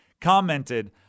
commented